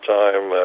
time